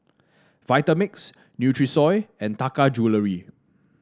Vitamix Nutrisoy and Taka Jewelry